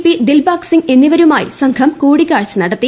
P Dilbagh Singh എന്നിവരുമായി സംഘം കൂടിക്കാഴ്ച നടത്തി